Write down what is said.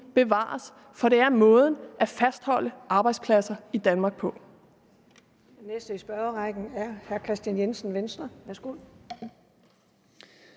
bevares, for det er måden at fastholde arbejdspladser i Danmark på.